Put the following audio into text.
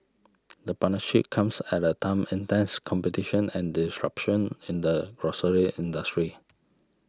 the partnership comes at a time intense competition and disruption in the grocery industry